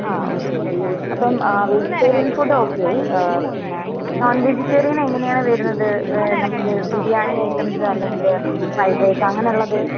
ആ okay okay അപ്പം vegetarian food okay ആയി പിന്നെ നോൺ വെജിറ്റേറിയൻ എങ്ങനെയാണ് വരുന്നത് നമുക്ക് ബിരിയാണി ഐറ്റംസ് അല്ലെങ്കിൽ ഫ്രൈഡ് റൈസ് അങ്ങനെ ഉള്ളത്